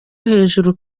hejuru